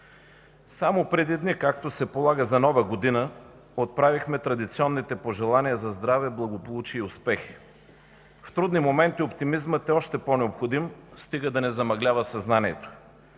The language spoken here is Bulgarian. Само преди дни, както се полага за Нова година, отправихме традиционните пожелания за здраве, благополучие и успехи. В трудни моменти оптимизмът е още по-необходим, стига да не замъглява съзнанието.